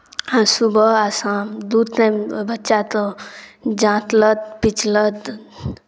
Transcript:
आ सुबह आ शाम दू टाइम बच्चाते जाँतलत पिचलत